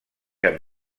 amb